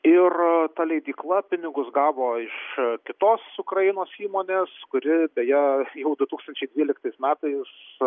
ir ta leidykla pinigus gavo iš kitos ukrainos įmonės kuri beje jau du tūkstančiai dvyliktais metais